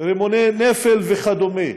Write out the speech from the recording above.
רימוני נפל וכדומה,